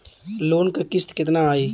Loan क किस्त कितना आई?